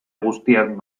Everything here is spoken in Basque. guztiak